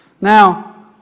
Now